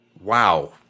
wow